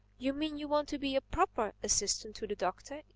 you mean you want to be a proper assistant to the doctor,